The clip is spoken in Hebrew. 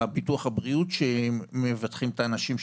ביטוח הבריאות שמבטחים את האנשים,